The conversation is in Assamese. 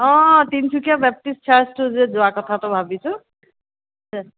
অঁ তিনিচুকীয়া বেপ্টিছ চাৰ্চটো যে যোৱা কথাটো ভাবিছোঁ